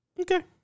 Okay